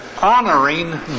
Honoring